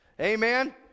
Amen